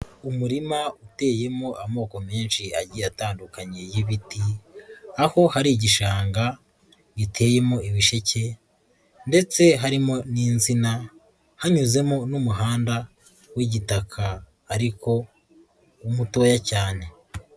Umurima uteyemo amoko menshi agiye atandukanye y'ibiti, aho hari igishanga giteyemo ibisheke ndetse harimo n'insina hanyuzemo n'umuhanda w'igitaka ariko mutoya cyane.